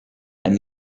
and